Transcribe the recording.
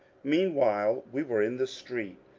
meanwhile we were in the street,